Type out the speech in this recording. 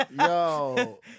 Yo